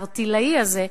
הערטילאי הזה,